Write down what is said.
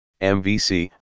MVC